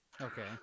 Okay